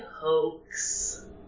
hoax